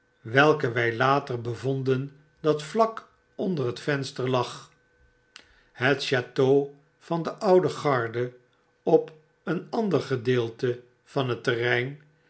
welke wy later bevonden dat vlak onder het venster lag het chateau van de oude garde op een ander gedeelte van het terrein